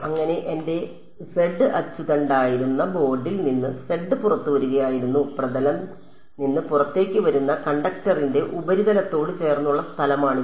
അങ്ങനെ എന്റെ z അച്ചുതണ്ടായിരുന്ന ബോർഡിൽ നിന്ന് z പുറത്തുവരുകയായിരുന്നു പ്രതലം നിന്ന് പുറത്തേക്ക് വരുന്ന കണ്ടക്ടറിന്റെ ഉപരിതലത്തോട് ചേർന്നുള്ള സ്ഥലമാണിത്